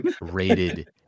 Rated